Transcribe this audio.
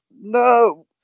no